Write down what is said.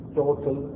total